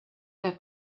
der